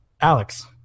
Alex